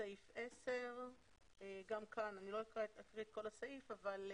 אני עוברת לסעיף 10. אני לא אקריא את כל הסעיף אבל,